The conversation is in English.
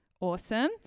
Awesome